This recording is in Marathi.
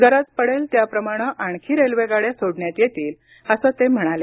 गरज पडेल त्याप्रमाणे आणखी रेल्वेगाड्या सोडण्यात येतील असं ते म्हणाले